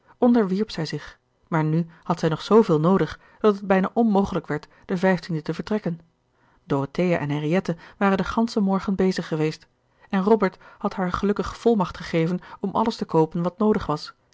onderwierp zij zich maar nu had zij nog zoo veel noodig dat het bijna onmogelijk werd den den te vertrekken dorothea en henriette waren den ganschen morgen bezig geweest en robert had haar gelukkig volmacht gegeven om alles te koopen wat noodig was